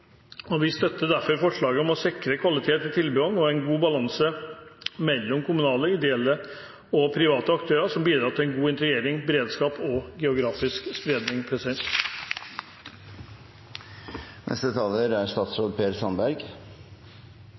mangfold. Vi støtter derfor forslaget om å sikre kvaliteten i tilbudene og en god balanse mellom kommunale, ideelle og private aktører, som bidrar til en god integrering, beredskap og geografisk spredning.